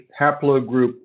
haplogroup